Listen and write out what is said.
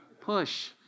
Push